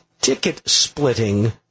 ticket-splitting